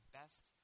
best